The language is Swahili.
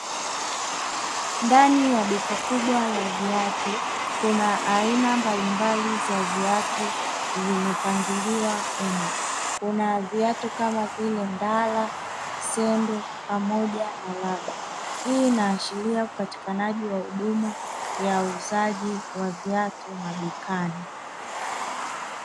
Ndani ya duka kubwa la viatu kuna aina mbalimbali za viatu vimepangiliwa humo. Kuna viatu kama vile ndala, sendo pamoja na raba. Hii inaashiria upatikanaji wa huduma ya uuzaji wa viatu madukani.